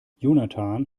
jonathan